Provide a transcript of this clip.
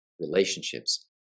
relationships